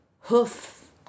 hoof